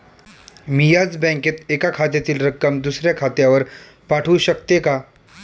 मी याच बँकेत एका खात्यातील रक्कम दुसऱ्या खात्यावर पाठवू शकते का?